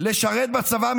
לשרת בצבא,